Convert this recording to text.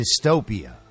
dystopia